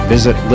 Visit